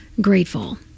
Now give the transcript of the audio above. grateful